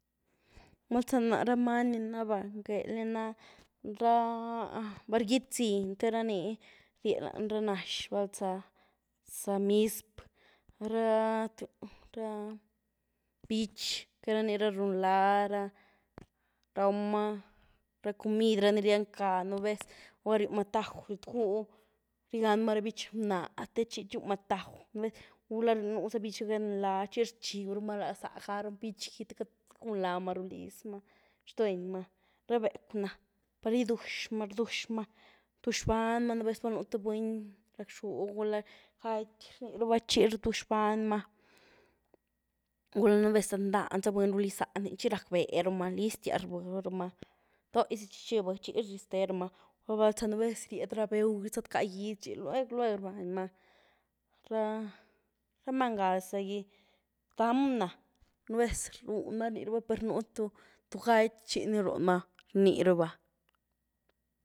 Bal zá na ra manyí ni nahbany gwuel ni ná ra bargídybziny, raní ríeh lanyí ra nazh, bal zá míspr' ra tu bích raní ra run laáh, raumaa ra coomid, ra ni ryiánca nubéz, gula ryumaa tauj ryíeganmaa ra bích mna techi chumaa tauj nubéz, gula nuzaa bích rígun laáh chi rchiebyrumaa lá záa lagaru bích gí te queity gun laáhmaa rúlizmaa duenymaa. Ra becw ná, par iduaxmaa, rduaxmaa, rduaxbanymaa nubéz bal nú tïé buny rac'xu gula gaty rníruba chi rduaxbanymaa, gula nubéz rdyban za buny ruliz zání chi rac'berumaa, listiaz rbeerumaa, dóizi xi chi bëe chi rizterumaa, gula balza nubéz riedyrá beú zadcá gyíedy chi lueg lueg rbanymaa. Ra-ra manyí ga zá gí, daám ná, nubéz runmaa rníruba per nú tú gaty chini runmaa, rníruba.